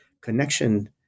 Connection